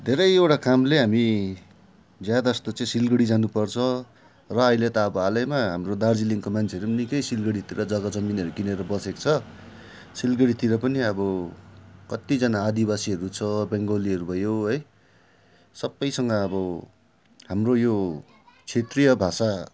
धेरैवटा कामले हामी ज्यादा जस्तो चाहिँ सिलगढी जानुपर्छ र अहिले त अब हालैमा हाम्रो दार्जिलिङको मान्छेहरू पनि निकै सिलगढीतिर जग्गा जमिनहरू किनेर बसेको छ सिलगढीतिर पनि अब कतिजना आदिवासीहरू छ बङ्गालीहरू भयो है सबैसँग अब हाम्रो यो क्षेत्रीय भाषा